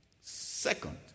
Second